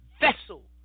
vessel